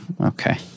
Okay